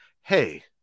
hey